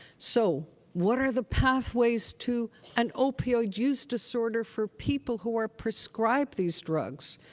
so, what are the pathways to an opioid use disorder for people who are prescribed these drugs?